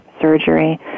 surgery